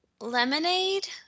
lemonade